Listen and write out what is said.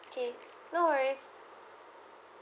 okay no worries